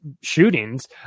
shootings